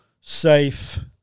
safe